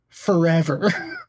forever